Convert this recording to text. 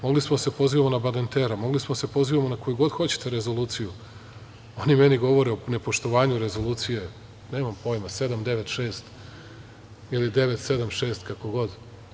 Mogli smo da se pozivamo na Badentera, mogli smo da se pozivamo na koju god hoćete rezoluciju, oni meni govore o nepoštovanju rezolucije 796 ili 976, kako god.